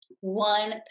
one